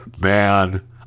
Man